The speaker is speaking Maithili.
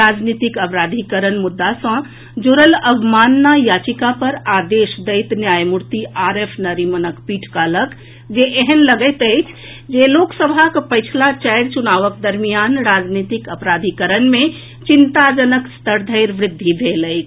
राजनीतिक अपराधीकरणक मुद्दा सँ जुड़ल अवमानना याचिका पर आदेश दैत न्यायमूर्ति आर एफ नरीमनक पीठ कहलक जे एहेन लगैत अछि जे लोकसभाक पछिला चारि चुनावक दरमियान राजीनतिक अपराधीकरण मे चिंताजनक स्तर धरि वृद्धि भेल अछि